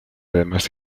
además